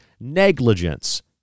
negligence